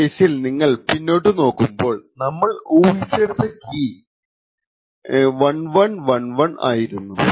ഈ കേസിൽ നിങ്ങൾ പിന്നോട്ട് നോക്കുമ്പോൾ നമ്മൾ ഊഹിച്ചെടുത്ത കീ 1111 ആയിരുന്നു